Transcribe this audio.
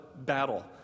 battle